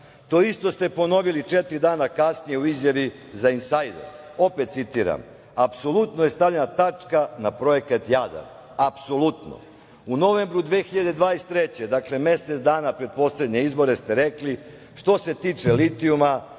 To isto ste ponovili četiri dana kasnije u izjavi za „Insajder“. Opet citiram: „Apsolutno je stavljena tačka na projekat Jadar, apsolutno“. U novembru 2023. godine, dakle, mesec dana pred poslednje izbore ste rekli: „što se tiče litijuma,